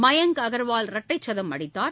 மயங்க் அகர்வால் இரட்டைச் சதம் அடித்தார்